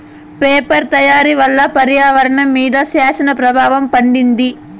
paper తయారీ వల్ల పర్యావరణం మీద శ్యాన ప్రభావం పడింది